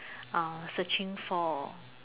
uh searching for